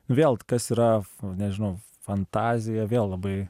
vėl kas yra nežinau fantazija vėl labai